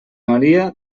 maria